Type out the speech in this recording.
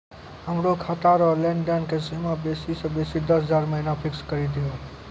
हमरो खाता रो लेनदेन के सीमा बेसी से बेसी दस हजार महिना फिक्स करि दहो